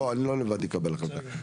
אני לא לבד אקבל החלטה.